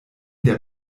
der